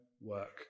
Work